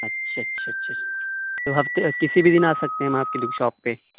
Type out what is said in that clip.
اچھا اچھا اچھا تو ہفتے کسی بھی دِن آ سکتے ہیں ہم آپ کی شاپ پہ